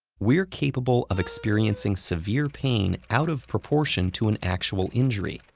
we're capable of experiencing severe pain out of proportion to an actual injury,